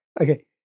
Okay